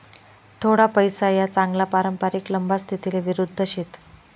थोडा पैसा या चांगला पारंपरिक लंबा स्थितीले विरुध्द शेत